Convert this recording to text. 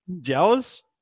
Jealous